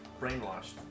brainwashed